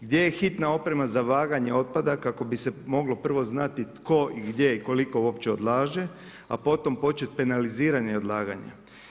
Gdje je hitna oprema za vaganje otpada kako bi se moglo prvo znati tko i gdje i koliko uopće odlaže, a potom počet penaliziranje odlaganja.